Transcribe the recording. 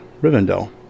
Rivendell